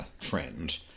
trend